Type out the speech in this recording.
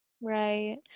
Right